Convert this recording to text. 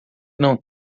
não